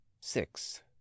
Six